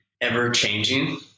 Ever-changing